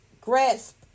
grasp